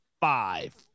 five